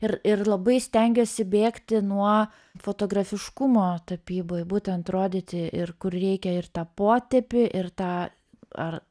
ir ir labai stengiuosi bėgti nuo fotografiškumo tapyboj būtent rodyti ir kur reikia ir tą potėpį ir tą ar